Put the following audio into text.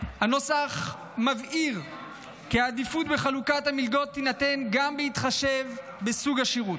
הנוסח מבהיר כי העדיפות בחלוקת המלגות תינתן גם בהתחשב בסוג השירות,